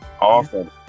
Awesome